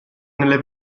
nelle